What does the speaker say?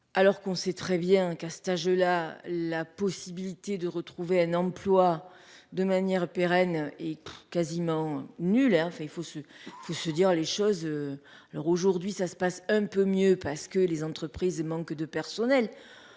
Alors qu'on sait très bien qu'à cet âge-là, la possibilité de retrouver un emploi de manière pérenne et quasiment nul Hervé il faut se, faut se dire les choses. Alors aujourd'hui ça se passe un peu mieux parce que les entreprises manquent de personnel.